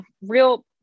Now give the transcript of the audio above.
real